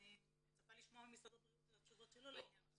אני מצפה לשמוע ממשרד הבריאות את התשובות שלו לעניין הזה.